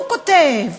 הוא כותב.